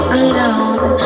alone